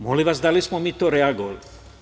Molim vas, da li smo mi tada reagovali?